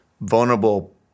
vulnerable